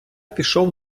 пішов